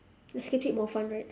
the skip skip more fun right